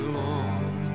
long